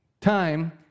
time